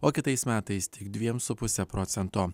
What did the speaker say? o kitais metais tik dviem su puse procento